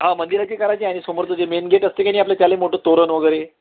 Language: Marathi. ह मंदिराची करायची आणि समोरचं जे मेन गेट असते की नाही आपलं त्याला मोठं तोरण वगैरे